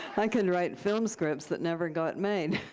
i can write film scripts that never got made